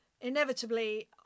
inevitably